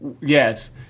yes